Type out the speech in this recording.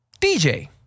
DJ